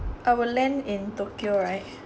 I will land in tokyo right